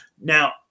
Now